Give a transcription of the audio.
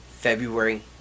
February